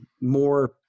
more